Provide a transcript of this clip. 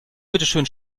bitteschön